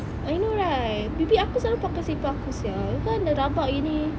I know right bibik aku selalu pakai slippers aku sia kan dah rabak gini